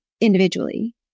individually